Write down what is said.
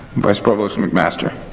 vice provost mcmaster.